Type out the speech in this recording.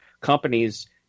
companies